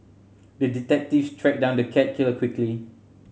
the detective tracked down the cat killer quickly